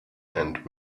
and